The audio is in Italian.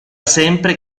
sempre